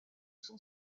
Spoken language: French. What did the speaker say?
son